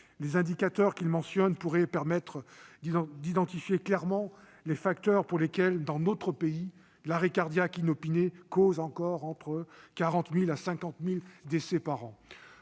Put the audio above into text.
Les indicateurs mentionnés pourraient permettre d'identifier clairement les facteurs expliquant que, dans notre pays, l'arrêt cardiaque inopiné cause encore entre 40 000 et 50 000 décès par an.